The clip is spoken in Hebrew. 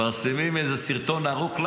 מפרסמים איזה סרטון ערוך.